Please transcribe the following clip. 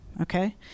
okay